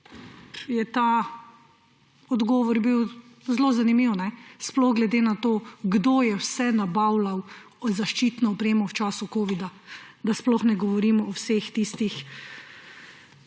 bil ta odgovor zelo zanimiv, sploh glede na to, kdo vse je nabavljal zaščitno opremo v času covida, da sploh ne govorimo o vseh tistih